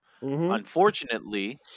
Unfortunately